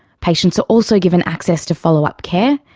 patients are also given access to follow-up care,